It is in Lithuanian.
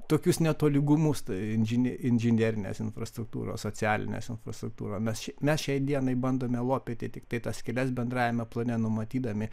tokius netolygumus tai inži inžinerinės infrastruktūros socialinės infrastruktūros mes mes šiai dienai bandome lopyti tiktai tas skyles bendrajame plane numatydami